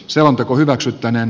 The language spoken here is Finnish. selonteko hylätään